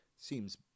Seems